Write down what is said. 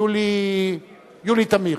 יולי תמיר,